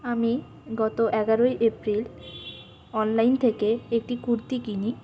আমি গত এগারোই এপ্রিল অনলাইন থেকে একটি কুর্তি কিনি